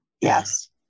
Yes